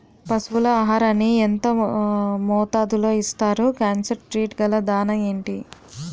పశువుల ఆహారాన్ని యెంత మోతాదులో ఇస్తారు? కాన్సన్ ట్రీట్ గల దాణ ఏంటి?